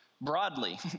broadly